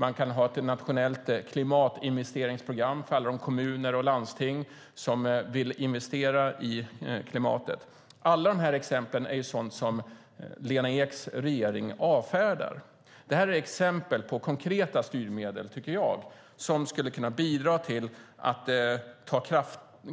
Man kan ha ett nationellt klimatinvesteringsprogram för alla de kommuner och landsting som vill investera i klimatet. Alla dessa exempel är sådant som Lena Eks regering avfärdar. Det är exempel på vad jag tycker är konkreta styrmedel som skulle kunna bidra till